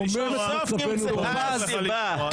בסוף נמצאה הסיבה.